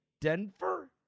Denver